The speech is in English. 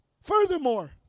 furthermore